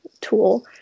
tool